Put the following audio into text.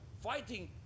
fighting